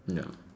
no